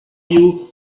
you